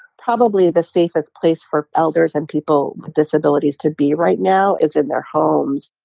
probably the safest place for elders and people with disabilities to be right now is in their homes,